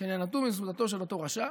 שהם נהנו מסעודתו של אותו רשע,